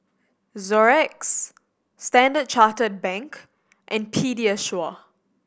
Xorex Standard Chartered Bank and Pediasure